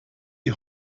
die